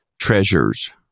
treasures